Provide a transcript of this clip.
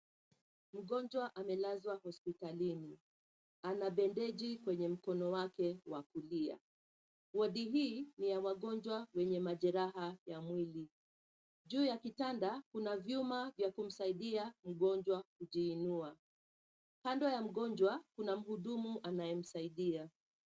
Mgonjwa amelazwa hospitalini, ana bendeji kwenye mkono wake wa kulia. Wodi hii ni ya wagonjwa wenye majeraha ya mwili. Juu ya kitanda kuna vyuma vya kumsaidia mgonjwa kujiinua. Kando ya mgonjwa kuna mhudumu anayemsaidia.